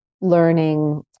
learning